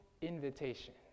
invitation